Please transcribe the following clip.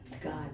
God